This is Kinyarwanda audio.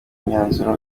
imyanzuro